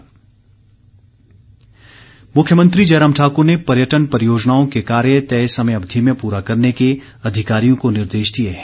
मुख्यमंत्री मुख्यमंत्री जयराम ठाकुर ने पर्यटन परियोजनाओं के कार्य तय समय अवधि में पूरा करने के अधिकारियों को निर्देश दिए हैं